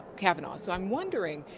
kind of and so i'm wondering,